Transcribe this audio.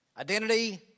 Identity